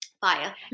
Fire